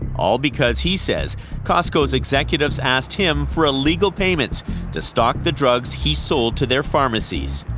all because he says costco's executives asked him for illegal payments to stock the drugs he sold to their pharmacies.